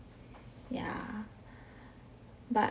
yeah but